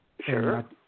Sure